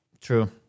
True